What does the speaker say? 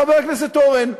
חבר הכנסת אורן,